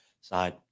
side